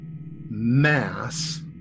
mass